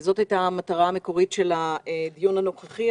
זאת הייתה המטרה המקורית של הדיון הנוכחי,